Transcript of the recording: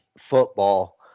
football